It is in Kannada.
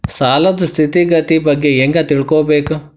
ಸಾಲದ್ ಸ್ಥಿತಿಗತಿ ಬಗ್ಗೆ ಹೆಂಗ್ ತಿಳ್ಕೊಬೇಕು?